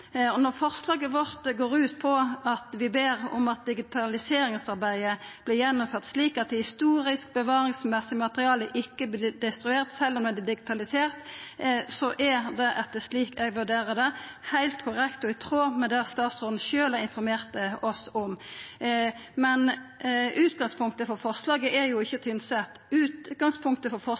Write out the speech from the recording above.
arkivmateriale.» Når forslaget vårt går ut på at vi ber om at digitaliseringsarbeidet vert gjennomført slik at historisk bevaringsverdig materiale ikkje vert destruert sjølv om det er digitalisert, er det, slik eg vurderer det, heilt korrekt og i tråd med det statsråden sjølv har informert oss om. Men utgangspunktet for forslaget er jo ikkje Tynset. Utgangspunktet for